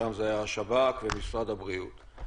שם זה היה השב"כ ומשרד הבריאות.